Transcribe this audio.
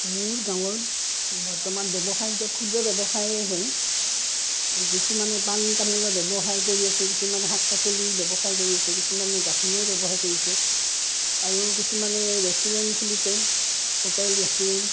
মোৰ গাঁৱত বৰ্তমান ব্যৱসায়ৰ ভিতৰত ক্ষুদ্ৰ ব্যৱসায় হয় কিছুমানে পাণ তামোলৰ ব্যৱসায় কৰি আছে কিছুমানে শাক পাচলিৰ ব্যৱসায় কৰি আছে কিছুমানে গাখীৰৰ ব্যৱসায় কৰিছে আৰু কিছুমানে ৰেষ্টুৰেণ্ট খুলিছে হোটেল ৰেষ্টুৰেণ্ট